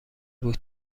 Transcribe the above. بود